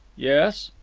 yes.